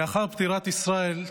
לאחר פטירת ישראל,